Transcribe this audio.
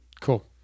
Cool